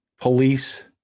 police